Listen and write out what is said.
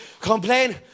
complain